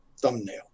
thumbnail